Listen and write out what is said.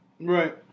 Right